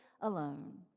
alone